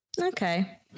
Okay